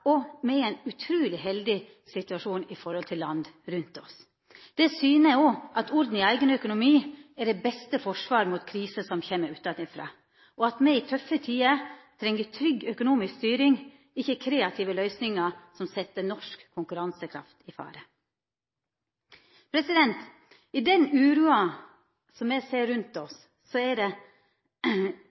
og me er i ein utruleg heldig situasjon i forhold til land rundt oss. Det syner òg at orden i eigen økonomi er det beste forsvar mot kriser som kjem utanfrå, og at me i tøffe tider treng trygg økonomisk styring, ikkje kreative løysingar som set norsk konkurransekraft i fare. I den uroa som me ser rundt oss, er det